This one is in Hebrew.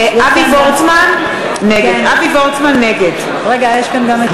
אבי וורצמן, נגד רגע, יש כאן גם את